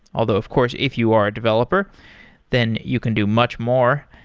although of course, if you are a developer then you can do much more.